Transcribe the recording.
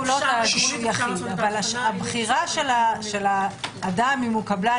לא תאגיד אבל הבחירה של האדם אם הוא קבלן,